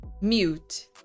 mute